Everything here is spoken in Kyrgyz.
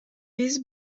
биз